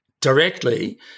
directly